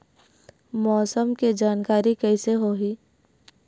मौसम के जानकारी कइसे होही?